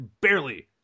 barely